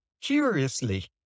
Curiously